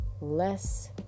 less